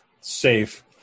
safe